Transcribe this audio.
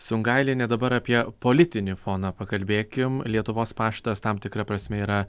sungailienė dabar apie politinį foną pakalbėkim lietuvos paštas tam tikra prasme yra